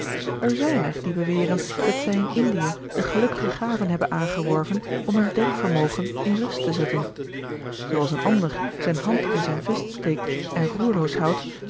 er zijn er die beweren dat zij in indie de gelukkige gave hebben aangeworven om hun denkvermogen in rust te zetten zoo gerard keller het testament van mevrouw de tonnette als een ander zijn hand in zijn vest steekt en roerloos houdt